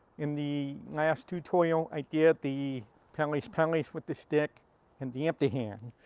in the last tutorial, i did the palis palis with the stick and the empty hand.